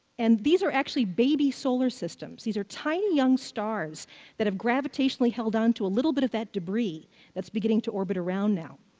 and these are actually baby solar systems. these are tiny young stars that have gravitationally held onto a little bit of that debris that's beginning to orbit around now.